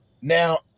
Now